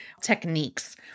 techniques